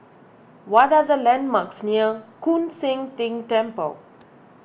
what are the landmarks near Koon Seng Ting Temple